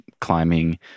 climbing